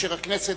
כאשר הכנסת,